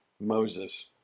Moses